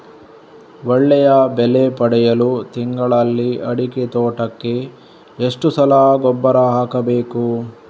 ಒಳ್ಳೆಯ ಬೆಲೆ ಪಡೆಯಲು ತಿಂಗಳಲ್ಲಿ ಅಡಿಕೆ ತೋಟಕ್ಕೆ ಎಷ್ಟು ಸಲ ಗೊಬ್ಬರ ಹಾಕಬೇಕು?